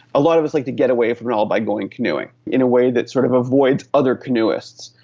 a lot of us like to get away from it all by going canoeing, in a way that sort of avoids other canoeists,